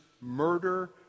murder